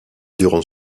durant